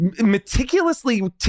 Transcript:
meticulously